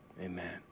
amen